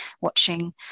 watching